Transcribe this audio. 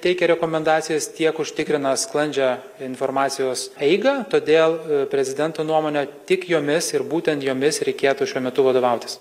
teikia rekomendacijas tiek užtikrina sklandžią informacijos eigą todėl prezidento nuomone tik jomis ir būtent jomis reikėtų šiuo metu vadovautis